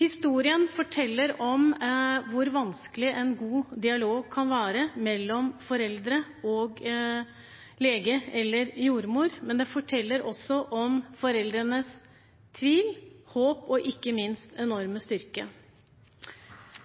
Historien forteller om hvor vanskelig en god dialog kan være mellom foreldre og lege eller jordmor, men den forteller også om foreldrenes tvil, håp og ikke minst enorme styrke.